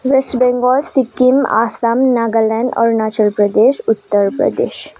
West Bengal Sikkim Assam Nagaland Arunachal Pradesh Uttar Pradesh